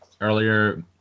earlier